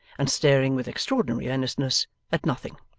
and staring with extraordinary earnestness at nothing.